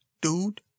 dude